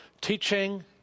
teaching